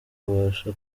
abasha